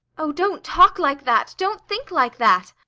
oh, don't talk like that! don't think like that!